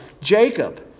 Jacob